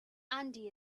andy